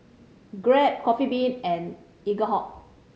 Grab Coffee Bean and Eaglehawk